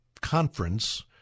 conference